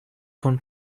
von